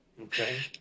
okay